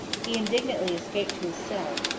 he indignantly escaped to his cell,